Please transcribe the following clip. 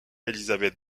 elizabeth